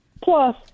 plus